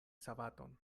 sabaton